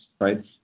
right